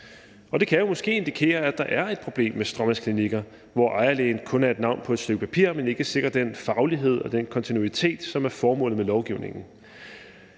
måske indikere, at der er et problem med stråmandsklinikker, hvor ejerlægen kun er et navn på et stykke papir, men ikke sikrer den faglighed og den kontinuitet, som er formålet med lovgivningen.